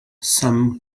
some